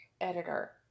editor